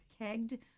kegged